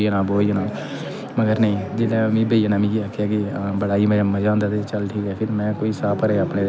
मगर नेई जिसलै भेइयै ने मिगी आखेआ कि बड़ा ही मजा आंदा ते चल ठीक ऐ ते में साह् भरेआ ते चलदा गेआ उं'दे कन्नै